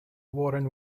warren